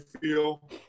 feel